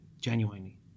genuinely